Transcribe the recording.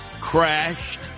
Crashed